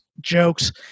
jokes